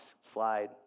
slide